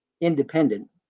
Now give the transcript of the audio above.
independent